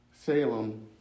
Salem